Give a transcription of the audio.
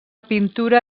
pintura